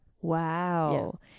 Wow